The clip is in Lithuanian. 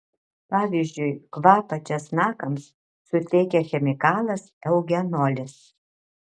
pavyzdžiui kvapą česnakams suteikia chemikalas eugenolis